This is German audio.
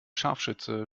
scharfschütze